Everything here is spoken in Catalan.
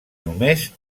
només